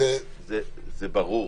זה ברור.